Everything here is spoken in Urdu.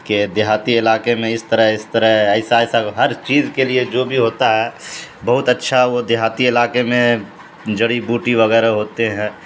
کہ دیہاتی علاقے میں اس طرح اس طرح ایسا ایسا ہر چیز کے لیے جو بھی ہوتا ہے بہت اچھا وہ دیہاتی علاقے میں جڑی بوٹی وغیرہ ہوتے ہیں